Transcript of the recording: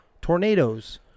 Tornadoes